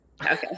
Okay